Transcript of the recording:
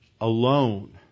alone